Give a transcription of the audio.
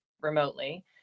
remotely